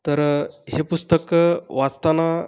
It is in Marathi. तर हे पुस्तक वाचताना